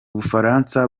bufaransa